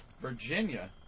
Virginia